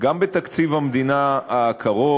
גם בתקציב המדינה הקרוב.